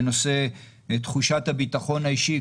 בנושא תחושת הביטחון האישי,